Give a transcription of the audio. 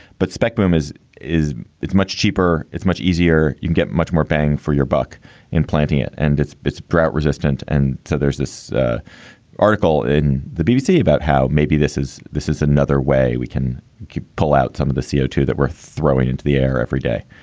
but spectrum is is is much cheaper. it's much easier. you get much more bang for your buck in planting it. and it's it's drought resistant. and so there's this article in the bbc about how maybe this is this is another way we can pull out some of the c o two that we're throwing into the air every day.